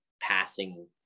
passing